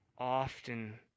Often